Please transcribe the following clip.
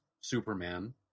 Superman